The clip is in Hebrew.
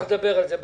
נדבר על זה בהמשך.